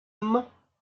amañ